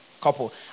couple